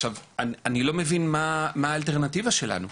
עכשיו, אני לא מבין מה האלטרנטיבה שלנו?